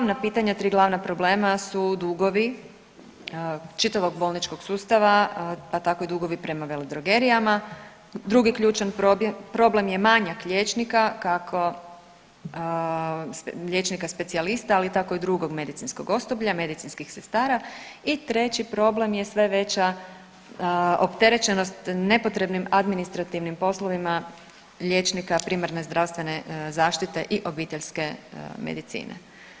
3 glavna pitanja, 3 glavna problema su dugovi čitavog bolničkog sustava, pa tako i dugovi prema veledrogerijama, drugi ključan problem je manjak liječnika, kako liječnika specijalista, ali tako i drugog medicinskog osoblja, medicinskih sestara i treći problem je sve veća opterećenost nepotrebnim administrativnim poslovima liječnika primarne zdravstvene zaštite i obiteljske medicine.